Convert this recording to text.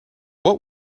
what